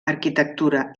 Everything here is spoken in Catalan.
arquitectura